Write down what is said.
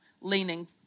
leaning